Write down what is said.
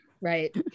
right